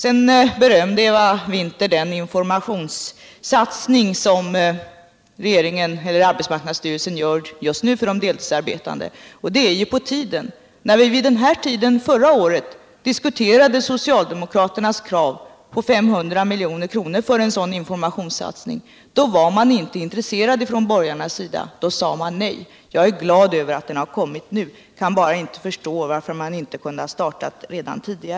Eva Winther berömde den informationssatsning som arbetsmarknadsstyrelsen nu gör för de deltidsarbetande. Det är på tiden att den satsningen görs! När vi vid denna tid förra året diskuterade socialdemokraternas krav på 500 000 kr. för en sådan informationssatsning var borgarna inte intresserade, då sade de nej. Jag är glad över att satsningen har kommit nu och kan bara inte förstå varför den inte kunde startas tidigare.